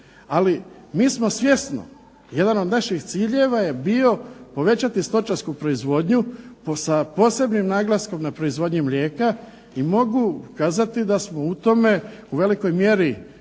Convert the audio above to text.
Ali mi smo svjesno, jedan od naših ciljeva je bio povećati stočarsku proizvodnju sa posebnim naglaskom na proizvodnji mlijeka i mogu kazati da smo u tome u velikoj mjeri